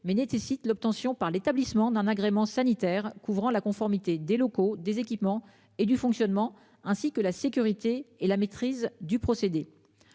mais nécessite l'obtention par l'établissement d'un agrément sanitaire couvrant la conformité des locaux des équipements et du fonctionnement ainsi que la sécurité et la maîtrise du procédé.